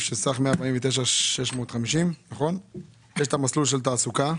בסך 149,650. יש את המסלול של תעסוקה.